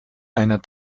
einer